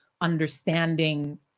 understanding